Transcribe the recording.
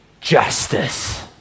justice